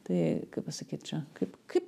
tai kaip pasakyt čia kaip kaip